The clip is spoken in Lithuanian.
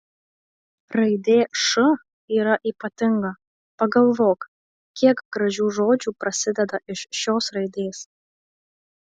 raidė š yra ypatinga pagalvok kiek gražių žodžių prasideda iš šios raidės